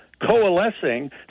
coalescing